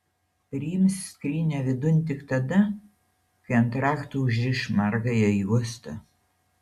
priims skrynią vidun tik tada kai ant rakto užriš margąją juostą